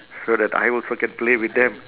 so that I also can play with them